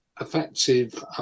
effective